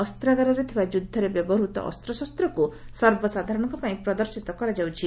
ଅସ୍ତାଗାରରେ ଥିବା ଯୁଦ୍ଧରେ ବ୍ୟବହୂତ ଅସ୍ତଶସ୍ତକୁ ସର୍ବସାଧାରଣଙ୍କ ପାଇଁ ପ୍ରଦର୍ଶିତ କରାଯାଉଛି